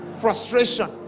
frustration